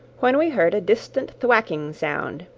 when we heard a distant thwacking sound,